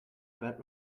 about